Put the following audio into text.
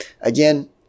again